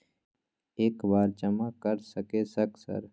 एक बार जमा कर सके सक सर?